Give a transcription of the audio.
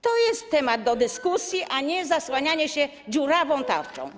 To jest temat do dyskusji, a nie zasłanianie się dziurawą tarczą.